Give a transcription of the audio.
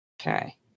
Okay